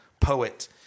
poet